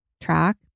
track